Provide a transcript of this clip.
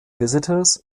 visitors